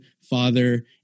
father